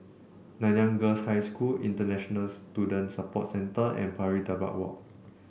Nanyang Girls' High School International Students Support Centre and Pari Dedap Walk